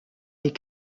des